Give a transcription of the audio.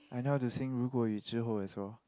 I know how to sing 如果已知或 as well